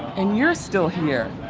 and you're still here.